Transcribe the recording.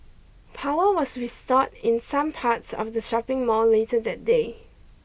power was restored in some parts of the shopping mall later that day